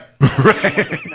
right